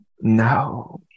No